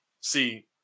See